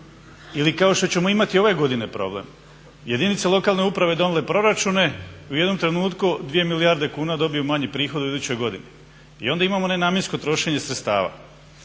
ili kao što ćemo imati ove godine problem. Jedinice lokalne uprave donijele proračune, u jednom trenutku 2 milijarde kuna dobiju manji prihod u idućoj godini i onda imamo nenamjensko trošenje sredstava.